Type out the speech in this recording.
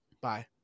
Bye